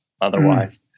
otherwise